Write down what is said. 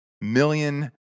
million